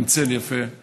עם צל יפה,